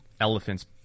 Elephant's